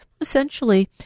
essentially